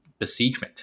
besiegement